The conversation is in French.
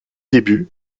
début